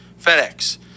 FedEx